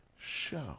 show